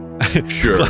Sure